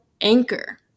anchor